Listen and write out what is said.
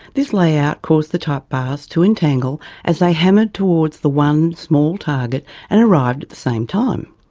this layout caused the type bars to entangle as they hammered towards the one small target and arrived at the same time.